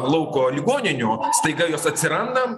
lauko ligoninių staiga jos atsiranda